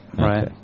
Right